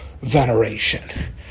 veneration